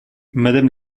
madame